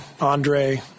Andre